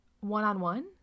One-on-one